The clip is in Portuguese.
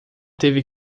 teve